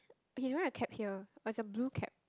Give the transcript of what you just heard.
is he wearing cap here is a blue cap